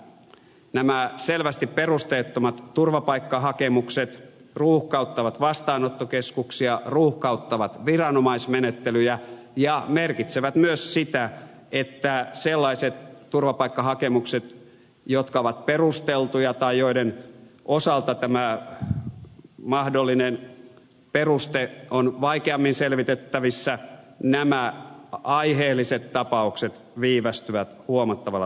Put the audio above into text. nämä selvästi perusteettomat turvapaikkahakemukset ruuhkauttavat vastaanottokeskuksia ruuhkauttavat viranomaismenettelyjä ja merkitsevät myös sitä että sellaiset turvapaikkahakemukset jotka ovat perusteltuja ja aiheellisia tai joiden osalta tämä mahdollinen peruste on vaikeammin selvitettävissä viivästyvät huomattavalla tavalla